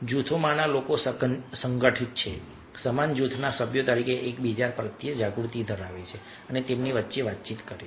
જૂથોમાંના લોકો સંગઠિત છે સમાન જૂથના સભ્યો તરીકે એકબીજા પ્રત્યે જાગૃતિ ધરાવે છે અને તેમની વચ્ચે વાતચીત કરે છે